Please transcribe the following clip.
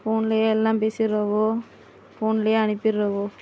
ஃபோன்லேயே எல்லாம் பேசிறாவோ போன்லேயே அனுப்பிறாவோ